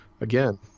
again